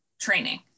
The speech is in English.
training